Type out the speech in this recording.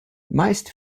meist